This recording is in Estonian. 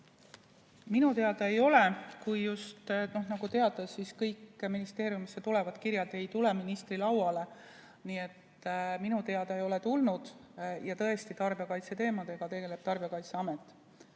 Minu teada ei ole, aga nagu teada, kõik ministeeriumisse tulevad kirjad ei tule ministri lauale. Ent minu teada ei ole tulnud. Ja tõesti, tarbijakaitse teemadega tegeleb tarbijakaitseamet,